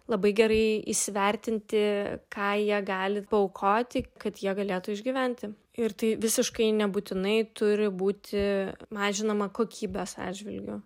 labai gerai įsivertinti ką jie gali paaukoti kad jie galėtų išgyventi ir tai visiškai nebūtinai turi būti mažinama kokybės atžvilgiu